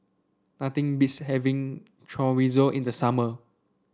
nothing beats having Chorizo in the summer